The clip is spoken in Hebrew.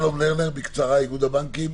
שלום לרנר מאיגוד הבנקים,